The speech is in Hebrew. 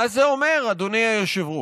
מה זה אומר, אדוני היושב-ראש?